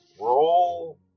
Roll